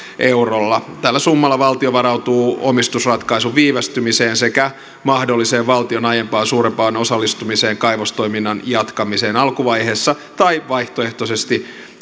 eurolla tällä summalla valtio varautuu omistusratkaisun viivästymiseen sekä mahdolliseen valtion aiempaa suurempaan osallistumiseen kaivostoiminnan jatkamiseen alkuvaiheessa tai vaihtoehtoisesti